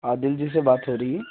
عادل جی سے بات ہو رہی ہے